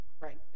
right